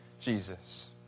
Jesus